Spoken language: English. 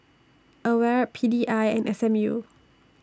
AWARE P D I and S M U